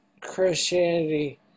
Christianity